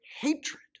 hatred